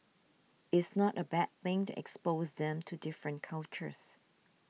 it's not a bad thing to expose them to different cultures